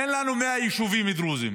אין לנו 100 יישובים דרוזיים.